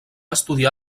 estudiar